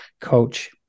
coach